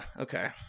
okay